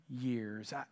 years